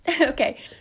Okay